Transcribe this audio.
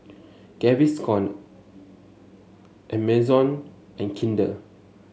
Gaviscon Amazon and Kinder